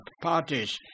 parties